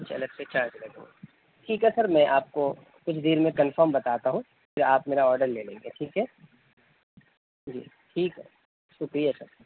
اچھا الگ سے چارج لگے گا ٹھیک ہے سر میں آپ کو کچھ دیر میں کنفرم بتاتا ہوں پھر آپ میرا آڈر لے لیں گے ٹھیک ہے جی ٹھیک ہے شکریہ سر